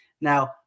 Now